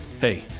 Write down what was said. Hey